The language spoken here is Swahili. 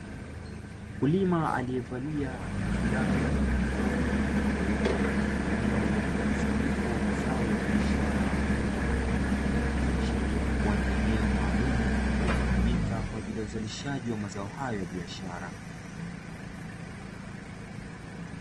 Mkulima aliyevalia fulana yenye rangi nyeupe, aliyopo katika eneo lenye mkusanyiko wa mazao ya biashara aina ya mahindi, ikiashiria kuwa ni eneo maalumu, lililotumika kwa ajili ya uzalishaji wa mazao hayo ya biashara.